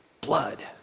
Blood